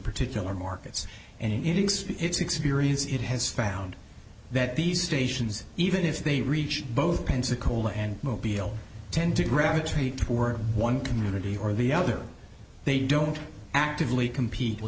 particular markets and index its experience it has found that these stations even if they reach both pensacola and mobile tend to gravitate toward one community or the other they don't actively compete with